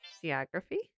Geography